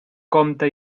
compte